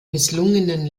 misslungenen